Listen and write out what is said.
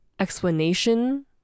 explanation